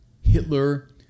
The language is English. Hitler